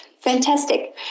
fantastic